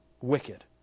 Wicked